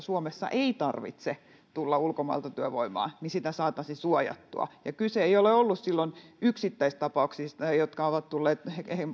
suomeen ei tarvitse tulla ulkomailta työvoimaa sitä saataisiin suojattua kyse ei ole ollut silloin yksittäistapauksista jotka ovat ehkä tulleet